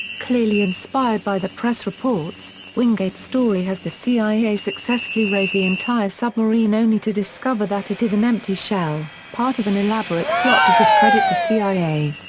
clearly inspired by the press reports, wingate's story has the cia successfully raise the entire submarine only to discover that it is an empty shell, part of an elaborate plot to discredit the cia.